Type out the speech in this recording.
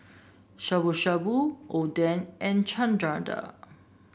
Shabu Shabu Oden and Chana Dal